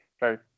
right